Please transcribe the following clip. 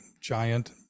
giant